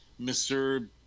Mr